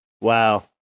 Wow